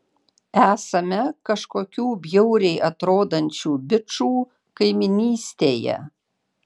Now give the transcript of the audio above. esame kažkokių bjauriai atrodančių bičų kaimynystėje